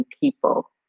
people